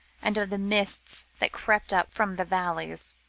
and of the mists that crept up from the valleys.